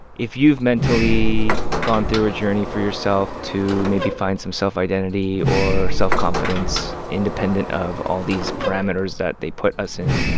if you've mentally gone through a journey for yourself to maybe find some self-identity or self-confidence independent of all these parameters that they put us in,